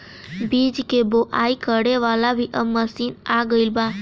बीज के बोआई करे वाला भी अब मशीन आ गईल बा